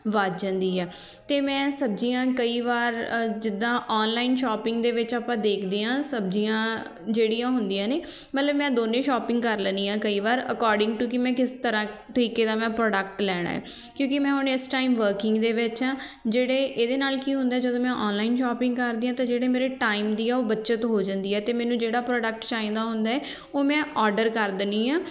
ਵਧ ਜਾਂਦੀ ਹੈ ਅਤੇ ਮੈਂ ਸਬਜ਼ੀਆਂ ਕਈ ਵਾਰ ਜਿੱਦਾਂ ਔਨਲਾਈਨ ਸ਼ੋਪਿੰਗ ਦੇ ਵਿੱਚ ਆਪਾਂ ਦੇਖਦੇ ਹਾਂ ਸਬਜ਼ੀਆਂ ਜਿਹੜੀਆਂ ਹੁੰਦੀਆਂ ਨੇ ਮਤਲਬ ਮੈਂ ਦੋਨੇ ਸ਼ੋਪਿੰਗ ਕਰ ਲੈਂਦੀ ਹਾਂ ਕਈ ਵਾਰ ਅਕੋਰਡਿੰਗ ਟੂ ਕਿ ਮੈਂ ਕਿਸ ਤਰ੍ਹਾਂ ਤਰੀਕੇ ਦਾ ਮੈਂ ਪ੍ਰੋਡਕਟ ਲੈਣਾ ਹੈ ਕਿਉਂਕਿ ਮੈਂ ਹੁਣ ਇਸ ਟਾਈਮ ਵਰਕਿੰਗ ਦੇ ਵਿੱਚ ਹਾਂ ਜਿਹੜੇ ਇਹਦੇ ਨਾਲ ਕੀ ਹੁੰਦਾ ਜਦੋਂ ਮੈਂ ਔਨਲਾਈਨ ਸ਼ੋਪਿੰਗ ਕਰਦੀ ਹਾਂ ਤਾਂ ਜਿਹੜੇ ਮੇਰੇ ਟਾਈਮ ਦੀ ਆ ਉਹ ਬੱਚਤ ਹੋ ਜਾਂਦੀ ਹੈ ਅਤੇ ਮੈਨੂੰ ਜਿਹੜਾ ਪ੍ਰੋਡਕਟ ਚਾਹੀਦਾ ਹੁੰਦਾ ਉਹ ਮੈਂ ਔਡਰ ਕਰ ਦਿੰਦੀ ਹਾਂ